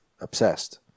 Obsessed